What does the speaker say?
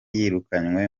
yirukanywe